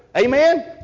Amen